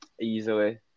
easily